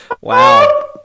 Wow